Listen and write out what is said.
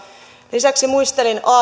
lisäksi muistelin